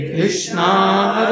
Krishna